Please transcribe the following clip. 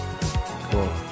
Cool